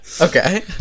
Okay